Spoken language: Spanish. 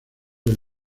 del